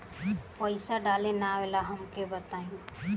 पईसा डाले ना आवेला हमका बताई?